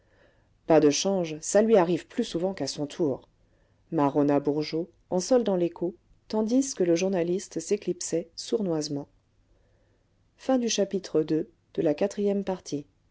pas de change ça lui arrive plus souvent qu'à son tour marronna bourgeot en soldant l'écot tandis que le journaliste s'éclipsait sournoisement